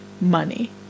money